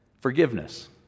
forgiveness